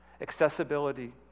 accessibility